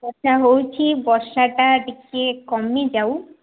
ବର୍ଷା ହଉଛି ବର୍ଷାଟା ଟିକେ କମି ଯାଉ